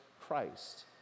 Christ